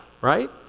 right